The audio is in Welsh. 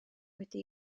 wedi